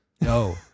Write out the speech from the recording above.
No